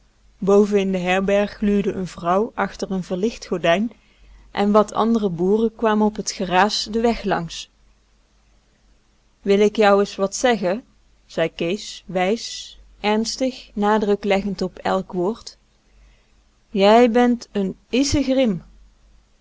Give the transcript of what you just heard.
in de herberg gluurde een vrouw achter een verlicht gordijn en wat andere boeren kwamen op het geraas den weg langs wil ik jou is wat zeggen zei kees wijs ernstig nadruk leggend op elk woord jij bent n isegrim